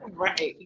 Right